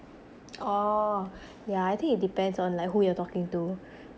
orh yeah I think it depends on like who you're talking to